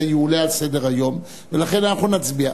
שהנושא יעלה על סדר-היום, ולכן אנחנו נצביע.